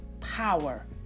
power